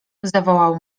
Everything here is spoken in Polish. zawołał